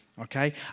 Okay